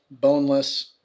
boneless